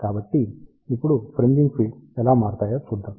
కాబట్టి ఇప్పుడు fringing fields ఎలా మారుతాయో చూద్దాం